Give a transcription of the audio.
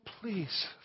please